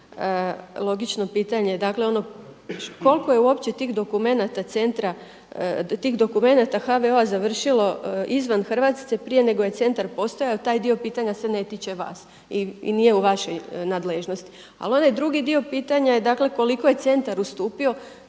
Logično pitanje je dakle ono koliko je uopće tih dokumenata centra, tih dokumenata HVO-a završilo izvan Hrvatske prije nego je centar postojao. Taj dio pitanja se ne tiče vas i nije u vašoj nadležnosti. Ali onaj drugi dio pitanje je dakle koliko je centar ustupio,